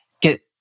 get